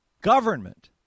government